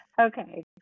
Okay